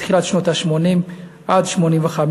בתחילת שנות ה-80 עד 1985,